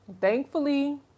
thankfully